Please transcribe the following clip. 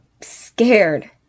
scared